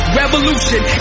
revolution